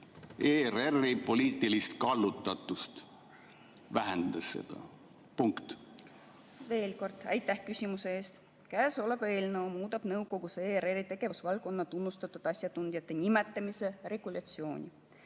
ERR‑i poliitilist kallutatust, vähendades seda? Punkt. Veel kord aitäh küsimuse eest! Käesolev eelnõu muudab nõukogusse ERR‑i tegevusvaldkonna tunnustatud asjatundjate nimetamise regulatsiooni.